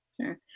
Sure